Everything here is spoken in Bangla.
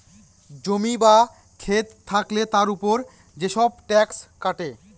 জমি বা খেত থাকলে তার উপর যেসব ট্যাক্স কাটে